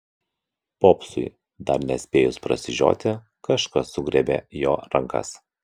popsui dar nespėjus prasižioti kažkas sugriebė jo rankas